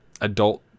adult